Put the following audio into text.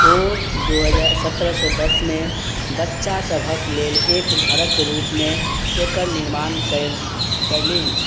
ओ दू हजार सत्रह सओ दसमे बच्चा सभक लेल एक घरक रूपमे एकर निर्माण कय कयलिन